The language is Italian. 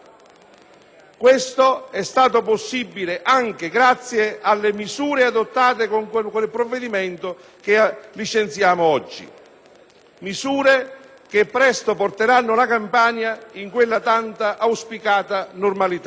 Questo è stato possibile anche grazie alle misure adottate con il provvedimento che licenzieremo oggi, misure che presto porteranno la Campania in quella tanto auspicata normalità.